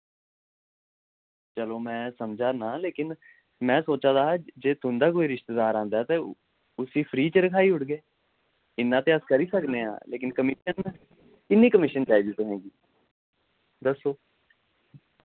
चलो में समझा ना लेकिन में सोचा दा हा जे तुंदा कोई रिश्तेदार आंदा ते उस्सी फ्री च रखाई ओड़गे इन्ना ते अस करी सकने आं लेकिन कमीशन किन्नी कमीशन चाहिदी तुसें गी दस्सो